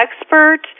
expert